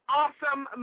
awesome